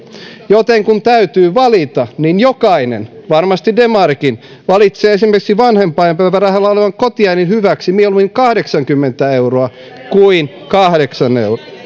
joten kun täytyy valita niin jokainen varmasti demarikin valitsee esimerkiksi vanhempainpäivärahalla olevan kotiäidin hyväksi mieluummin kahdeksankymmentä euroa kuin kahdeksan euroa